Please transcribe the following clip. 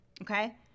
Okay